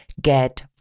get